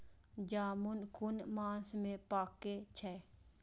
जामून कुन मास में पाके छै?